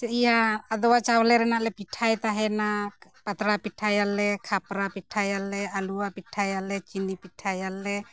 ᱪᱮᱫ ᱭᱟ ᱟᱫᱚᱣᱟ ᱪᱟᱣᱞᱮ ᱨᱮᱱᱟᱜ ᱞᱮ ᱯᱤᱴᱷᱟᱹᱭ ᱛᱟᱦᱮᱱᱟ ᱯᱟᱛᱲᱟ ᱯᱤᱴᱷᱟᱹᱭᱟᱞᱮ ᱠᱷᱟᱯᱨᱟ ᱯᱤᱴᱷᱟᱹᱭᱟᱞᱮ ᱟᱞᱩᱣᱟ ᱯᱤᱴᱷᱟᱹᱭᱟᱹᱞᱮ ᱪᱤᱱᱤ ᱯᱤᱴᱷᱟᱹᱭᱟᱞᱮ